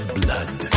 blood